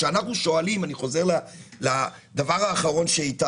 כשאנחנו שואלים, אני חוזר לדבר האחרון שאיתי